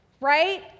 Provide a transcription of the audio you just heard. right